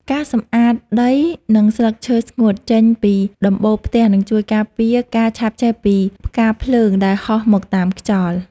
ការសម្អាតដី និងស្លឹកឈើស្ងួតចេញពីដំបូលផ្ទះនឹងជួយការពារការឆាបឆេះពីផ្កាភ្លើងដែលហោះមកតាមខ្យល់។